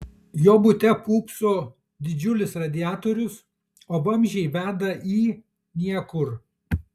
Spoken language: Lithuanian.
jo bute pūpso didžiulis radiatorius o vamzdžiai veda į niekur